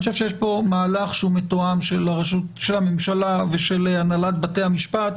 אני חושב שיש פה מהלך מתואם של הממשלה ושל הנהלת בתי המשפט.